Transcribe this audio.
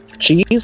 Cheese